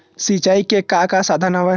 सिंचाई के का का साधन हवय?